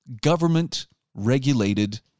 government-regulated